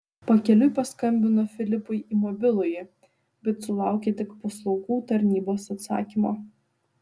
pakeliui paskambino filipui į mobilųjį bet sulaukė tik paslaugų tarnybos atsakymo